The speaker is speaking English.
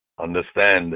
Understand